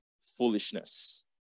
foolishness